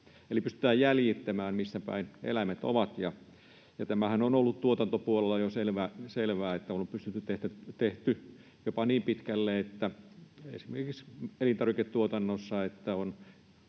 Eli pystytään jäljittämään, mistä päin eläimet ovat. Tämähän on ollut tuotantopuolella jo selvää, on menty jopa niin pitkälle esimerkiksi elintarviketuotannossa, että on